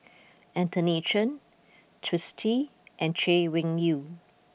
Anthony Chen Twisstii and Chay Weng Yew